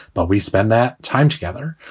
but we spend that time together.